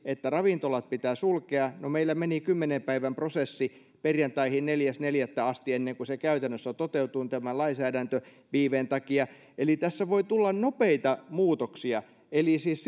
että ravintolat pitää sulkea no meillä meni kymmenen päivän prosessi perjantaihin neljäs neljättä asti ennen kuin se käytännössä toteutui tämän lainsäädäntöviiveen takia eli tässä voi tulla nopeita muutoksia siis